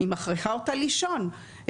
היא מכריחה אותה לישון,